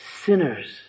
sinners